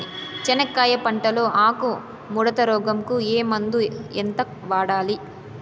చెనక్కాయ పంట లో ఆకు ముడత రోగం కు ఏ మందు ఎంత వాడాలి?